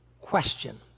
question